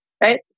Right